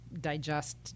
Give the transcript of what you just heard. digest